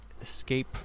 escape